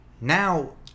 now